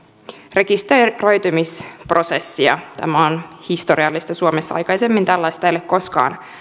rekisteröitymisprosessia tämä on historiallista suomessa aikaisemmin tällaista ei ole koskaan